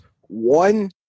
one